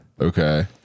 Okay